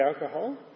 alcohol